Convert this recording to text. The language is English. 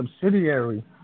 subsidiary